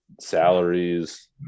salaries